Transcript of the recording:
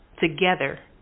Together